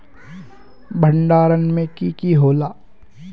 भण्डारण में की की होला?